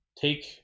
take